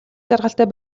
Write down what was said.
жаргалтай